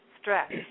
stress